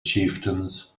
chieftains